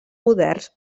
moderns